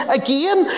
again